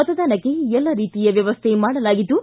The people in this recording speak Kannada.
ಮತದಾನಕ್ಕೆ ಎಲ್ಲ ರೀತಿಯ ವ್ಯವಸ್ಥೆ ಮಾಡಲಾಗಿದ್ದು